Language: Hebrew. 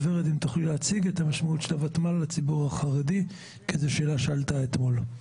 ורד תציג את המשמעות של הותמ"ל לציבור החרדי כי זו שאלה שעלתה אתמול.